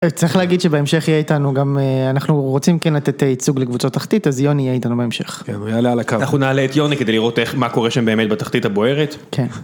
צריך להגיד שבהמשך יהיה איתנו גם, אנחנו רוצים כן לתת ייצוג לקבוצות תחתית, אז יוני יהיה איתנו בהמשך. יענו, הוא יעלה על הקו. אנחנו נעלה את יוני כדי לראות איך, מה קורה שם באמת בתחתית הבוערת.